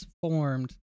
formed